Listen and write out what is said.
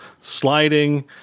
sliding